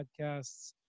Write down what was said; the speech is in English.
Podcasts